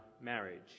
marriage